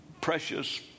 precious